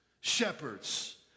shepherds